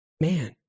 Man